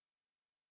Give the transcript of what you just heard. both